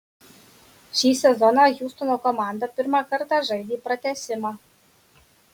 šį sezoną hjustono komanda pirmą kartą žaidė pratęsimą